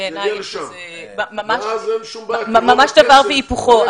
בעיניי זה ממש דבר והיפוכו,